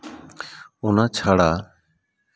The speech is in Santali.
ᱚᱱᱟ ᱪᱷᱟᱲᱟ